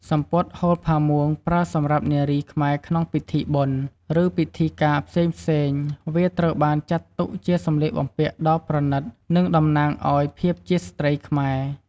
សំពត់ហូលផាមួងប្រើសម្រាប់នារីខ្មែរក្នុងពិធីបុណ្យ ឬពិធីការផ្សេងៗវាត្រូវបានចាត់ទុកជាសម្លៀកបំពាក់ដ៏ប្រណិត និងតំណាងឱ្យភាពជាស្រ្តីខ្មែរ។